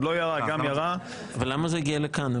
עוד לא ירה או גם ירה --- למה זה הגיע לכאן?